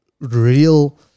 real